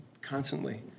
constantly